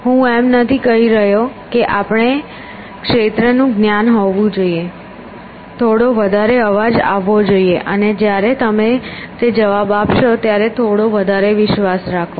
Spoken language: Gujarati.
હું એમ નથી કહી રહ્યો કે આપણે ક્ષેત્રનું જ્ઞાન હોવું જોઈએ થોડો વધારે અવાજ આવવો જોઈએ અને જ્યારે તમે તે જવાબો આપશો ત્યારે થોડો વધારે વિશ્વાસ રાખો